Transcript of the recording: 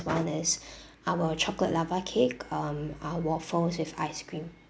[one] is our chocolate lava cake um uh waffles with ice cream